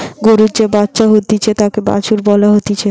গরুর যে বাচ্চা হতিছে তাকে বাছুর বলা হতিছে